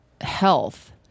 health